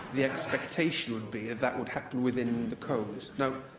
the expectation would be that that would happen within the code. now,